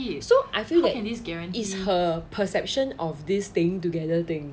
so I feel that it's her perception of this thing together thing